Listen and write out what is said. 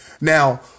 Now